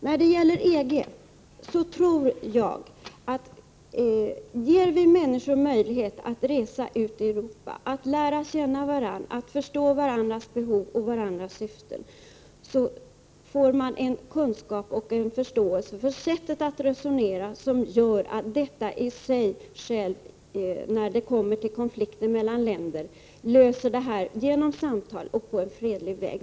När det gäller EG tror jag att om vi ger människorna möjlighet att resa ut i Europa, att lära känna varandra, att förstå varandras behov och syften, får vi en sådan kunskap om och förståelse för sättet att resonera som i sig själv bidrar till att man kan lösa konflikterna mellan länder genom samtal, på fredlig väg.